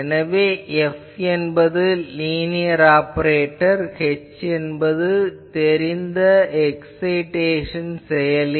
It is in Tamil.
எனவே F என்பது லீனியர் ஆப்பரேட்டர் h என்பது தெரிந்த எக்சைடேசன் செயலி